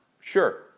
Sure